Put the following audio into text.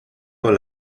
con